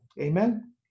Amen